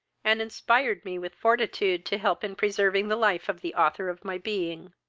and inspired me with fortitude to help in preserving the life of the author of my being.